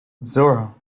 zora